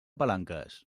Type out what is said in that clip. palanques